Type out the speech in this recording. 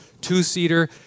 two-seater